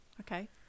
okay